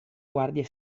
guardia